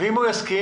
ואם הוא יסכים?